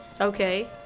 okay